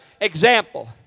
example